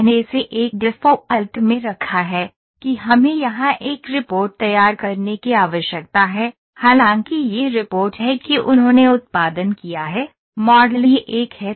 मैंने इसे एक डिफ़ॉल्ट में रखा है कि हमें यहां एक रिपोर्ट तैयार करने की आवश्यकता है हालांकि यह रिपोर्ट है कि उन्होंने उत्पादन किया है मॉडल यह एक है